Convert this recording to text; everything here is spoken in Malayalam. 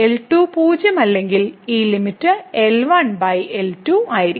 L2 പൂജ്യമല്ലെങ്കിൽ ഈ ലിമിറ്റ് L1 L2 ആയിരിക്കും